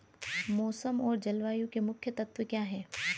मौसम और जलवायु के मुख्य तत्व क्या हैं?